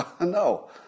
No